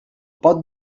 pot